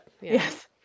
Yes